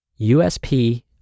USP